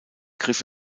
griff